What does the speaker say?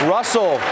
Russell